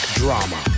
drama